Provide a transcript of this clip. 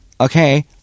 Okay